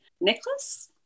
necklace